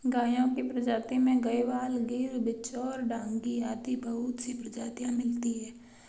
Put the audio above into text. गायों की प्रजाति में गयवाल, गिर, बिच्चौर, डांगी आदि बहुत सी प्रजातियां मिलती है